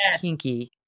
kinky